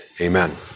Amen